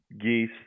geese